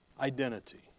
identity